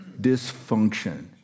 Dysfunction